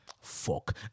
Fuck